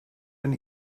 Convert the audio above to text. and